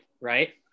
right